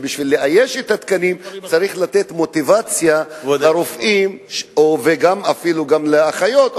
ובשביל לאייש את התקנים צריך לתת מוטיבציה לרופאים ואפילו גם לאחיות.